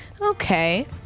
Okay